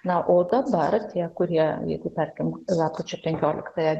na o dabar tie kurie jeigu tarkim lapkričio pemkioliktąją